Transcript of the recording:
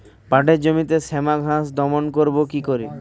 পাটের জমিতে শ্যামা ঘাস দমন করবো কি করে?